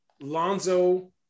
Lonzo